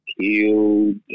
killed